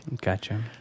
Gotcha